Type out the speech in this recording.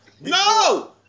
No